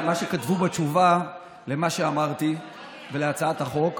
שכתבו בתשובה על מה שאמרתי ועל הצעת החוק.